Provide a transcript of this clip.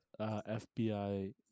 FBI